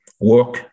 work